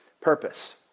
purpose